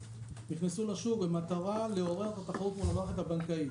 נכנסו לשוק במטרה לעורר את התחרות מול המערכת הבנקאית.